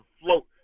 float